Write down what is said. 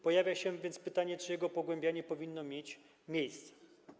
Pojawia się więc pytanie, czy jego pogłębianie powinno mieć miejsce.